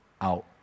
out